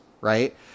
right